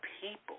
people